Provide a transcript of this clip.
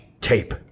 tape